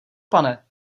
pane